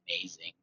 amazing